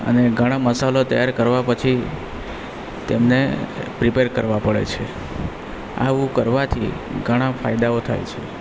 અને ઘણા મસાલાઓ તૈયાર કરવા પછી તેમને પ્રીપેર કરવા પડે છે આવું કરવાથી ઘણા ફાયદાઓ થાય છે